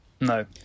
No